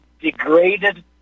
degraded